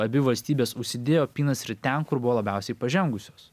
abi valstybės užsidėjo apynasrį ten kur buvo labiausiai pažengusios